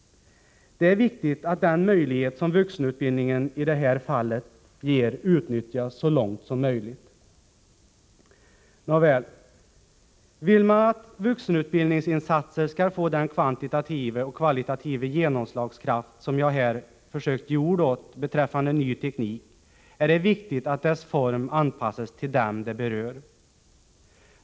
Det är viktigt att den möjlighet som vuxenutbildningen i detta fall ger utnyttjas så långt som möjligt. Nåväl, vill man att vuxenutbildningsinsatser skall få den kvantitativa och kvalitativa genomslagskraft beträffande ny teknik som jag här försökt ge ord åt, är det viktigt att insatsernas form anpassas till dem det berör.